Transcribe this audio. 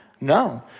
No